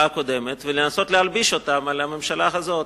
הקודמת ולנסות להלביש אותם על הממשלה הזאת.